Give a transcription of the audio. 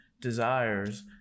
desires